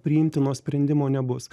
priimtino sprendimo nebus